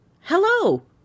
Hello